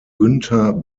günther